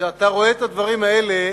כשאתה רואה את הדברים האלה